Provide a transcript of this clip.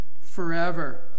forever